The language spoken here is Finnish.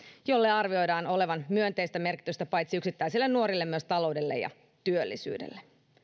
jolla arvioidaan olevan myönteistä merkitystä paitsi yksittäisille nuorille myös taloudelle ja työllisyydelle